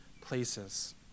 places